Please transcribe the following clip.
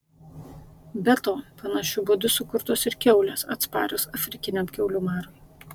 be to panašiu būdu sukurtos ir kiaulės atsparios afrikiniam kiaulių marui